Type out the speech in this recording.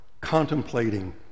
contemplating